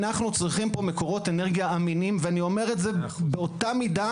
אנו צריכים מקורות אנרגיה אמינים ואני אומר את זה באותה מידה